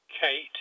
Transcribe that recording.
Kate